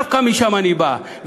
דווקא משם אני בא,